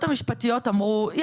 תראי,